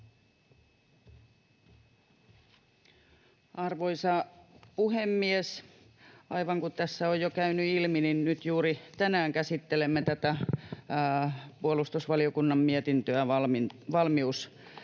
Arvoisa puhemies! Aivan kuten tässä on jo käynyt ilmi, nyt juuri tänään käsittelemme tätä puolustusvaliokunnan mietintöä valmiuslaista,